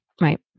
Right